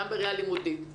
גם בראייה לימודית,